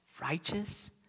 righteous